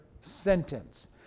sentence